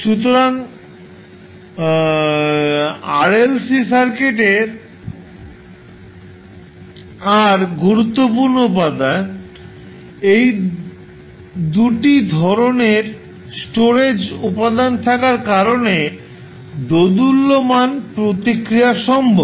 সুতরাং series RLC সার্কিটের R একটি গুরুত্বপূর্ণ উপাদান দুই ধরণের স্টোরেজ উপাদান থাকার কারণে দোদুল্যমান প্রতিক্রিয়া সম্ভব